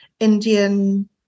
Indian